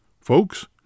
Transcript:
Folks